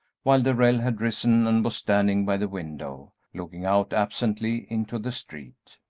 while darrell had risen and was standing by the window, looking out absently into the street.